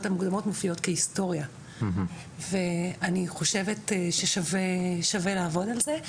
המוקדמות מופיעות כהיסטוריה ואני חושבת ששווה לעבוד על זה.